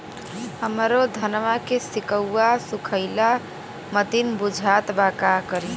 हमरे धनवा के सीक्कउआ सुखइला मतीन बुझात बा का करीं?